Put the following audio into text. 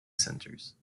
centres